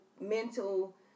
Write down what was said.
mental